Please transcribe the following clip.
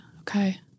Okay